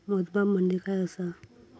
मोजमाप म्हणजे काय असा?